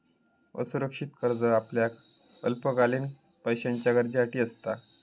असुरक्षित कर्ज आपल्या अल्पकालीन पैशाच्या गरजेसाठी असता